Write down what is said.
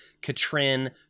Katrin